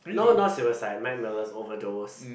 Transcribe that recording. no not suicide Mac Miller's overdose